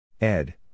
Ed